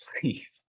please